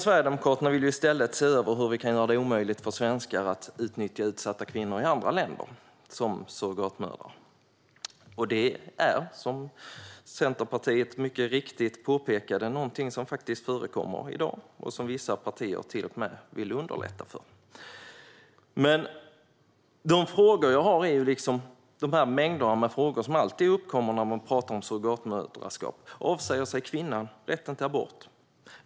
Sverigedemokraterna vill i stället se över på vilket sätt vi kan göra det omöjligt för svenskar att utnyttja utsatta kvinnor i andra länder som surrogatmödrar. Det förekommer faktiskt i dag, vilket Centerpartiet mycket riktigt har påpekat. Vissa partier vill till och med underlätta för det. De frågor jag har är den mängd frågor som alltid uppkommer när man pratar om surrogatmoderskap. Avsäger sig kvinnan rätten till abort?